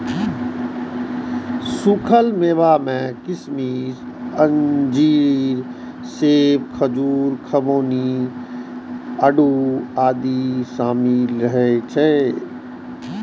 सूखल मेवा मे किशमिश, अंजीर, सेब, खजूर, खुबानी, आड़ू आदि शामिल रहै छै